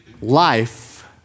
life